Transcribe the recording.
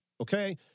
okay